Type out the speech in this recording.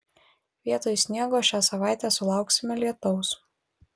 vietoj sniego šią savaitę sulauksime lietaus